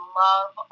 love